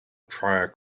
prior